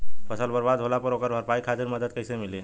फसल बर्बाद होला पर ओकर भरपाई खातिर मदद कइसे मिली?